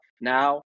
Now